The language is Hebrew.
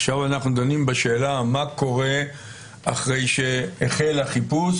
עכשיו אנחנו דנים בשאלה מה קורה אחרי שהחל החיפוש